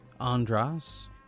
Andras